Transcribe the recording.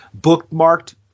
bookmarked